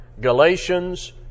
Galatians